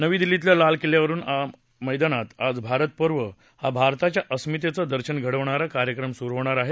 नवी दिल्लीतल्या लाल किल्ल्याच्या मैदानात आज भारत पर्व हा भारताच्या अस्मितेचं दर्शन घडवणारा कार्यक्रम सुरु होणार आहे